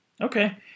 Okay